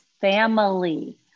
family